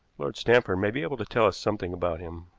lord stanford may be able to tell us something about him,